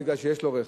בגלל שיש לו רכב.